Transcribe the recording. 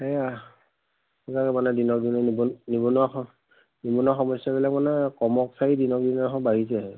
সেইয়া মানে দিনক দিনে নিবনুৱা নিবনুৱা নিবনুৱা সমস্যাবিলাক মানে কমক চাৰি দিনক দিনে বাঢ়িছে হে